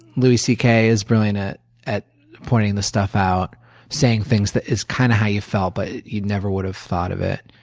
louis c k. is brilliant at pointing this stuff out saying things that is kind of how you felt but you never would have thought of it.